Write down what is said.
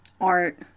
art